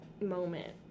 moment